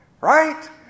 Right